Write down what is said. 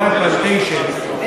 ל"וואי פלנטיישן",